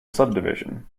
subdivision